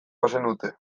bazenute